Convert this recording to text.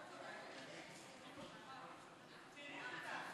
לכי הביתה.